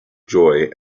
joy